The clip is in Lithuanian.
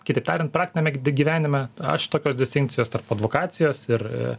kitaip tariant praktiniame gyvenime aš tokios distinkcijos tarp advokacijos ir